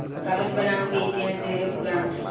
कागज बनावे के इतिहास ढेरे पुरान ह